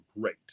great